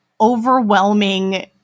overwhelming